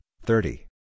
thirty